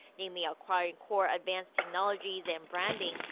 namely acquiring core advanced technologies and branding.